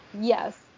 yes